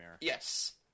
Yes